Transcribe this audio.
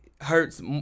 hurts